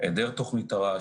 היעדר תר"ש,